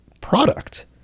product